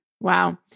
Wow